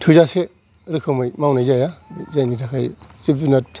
थोजासे रोखोमै मावनाय जाया जायनि थाखाय जिब जुनाद